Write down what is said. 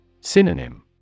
Synonym